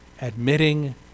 admitting